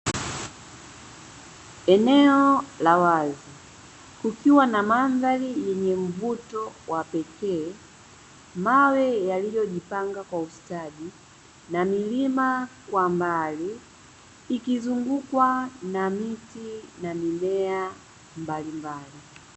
Eneo la wazi kukiwa na mandhari yenye mvuto wa pekee. Mawe yaliyojipanga kwa ustadi na milima kwa mbali ikizungukwa na miti na mimea mbalimbali.